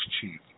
Chief